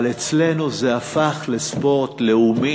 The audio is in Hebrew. אבל אצלנו זה הפך לספורט לאומי: